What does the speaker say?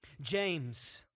James